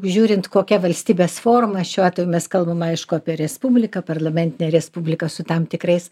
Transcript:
žiūrint kokia valstybės forma šiuo atveju mes kalbame aišku apie respubliką parlamentinė respublika su tam tikrais